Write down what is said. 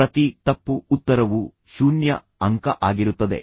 ಪ್ರತಿ ತಪ್ಪು ಉತ್ತರವೂ ಶೂನ್ಯ ಅಂಕ ಆಗಿರುತ್ತದೆ